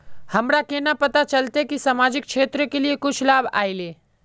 हमरा केना पता चलते की सामाजिक क्षेत्र के लिए कुछ लाभ आयले?